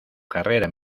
carrera